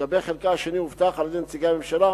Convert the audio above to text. ולגבי חלקה השני, הובטח על-ידי נציגי הממשלה